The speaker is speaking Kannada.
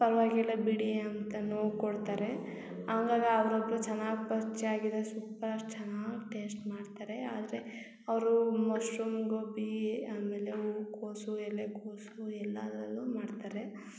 ಪರವಾಗಿಲ್ಲ ಬಿಡಿ ಅಂತನು ಕೊಡ್ತಾರೆ ಹಂಗಾಗಿ ಅವ್ರು ಒಬ್ಬರು ಚೆನ್ನಾಗಿ ಪರ್ಚಯ ಆಗಿದ್ದಾರೆ ಸೂಪರ್ ಚೆನ್ನಾಗಿ ಟೇಸ್ಟ್ ಮಾಡ್ತಾರೆ ಆದರೆ ಅವರು ಮಶ್ರೂಮ್ ಗೋಬಿ ಆಮೇಲೆ ಹೂಕೋಸು ಎಲೆಕೋಸು ಎಲ್ಲಾದರಲ್ಲೂ ಮಾಡ್ತಾರೆ